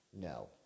No